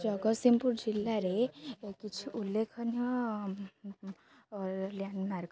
ଜଗତସିଂହପୁର ଜିଲ୍ଲାରେ କିଛି ଉଲ୍ଲେଖନୀୟ ଲ୍ୟାଣ୍ଡମାର୍କ